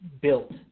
built